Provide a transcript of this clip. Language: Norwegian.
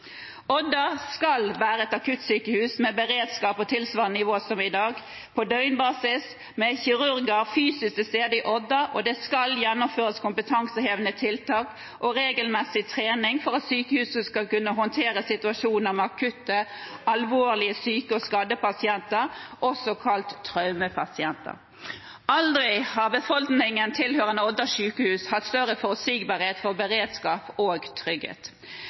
Odda skal være et akuttsykehus med beredskap på tilsvarende nivå som i dag, på døgnbasis, med kirurger fysisk til stede i Odda, og det skal gjennomføres kompetansehevende tiltak og regelmessig trening for at sykehuset skal kunne håndtere situasjoner med akutt alvorlig syke og skadde pasienter, også kalt traumepasienter. Aldri har befolkningen tilhørende Odda sjukehus hatt større forutsigbarhet for beredskap og trygghet.